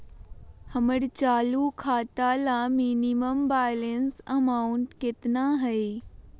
हमर चालू खाता ला मिनिमम बैलेंस अमाउंट केतना हइ?